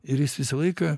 ir jis visą laiką